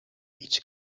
iets